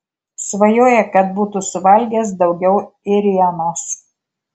svajoja kad būtų suvalgęs daugiau ėrienos